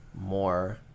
more